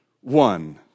one